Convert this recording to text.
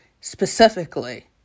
specifically